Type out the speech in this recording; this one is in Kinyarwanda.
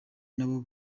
nabo